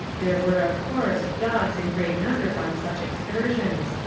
there were, of course, dogs in great numbers on such excursions,